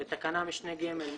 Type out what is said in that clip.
בתקנת משנה (ג)(8)